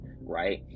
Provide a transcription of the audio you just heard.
right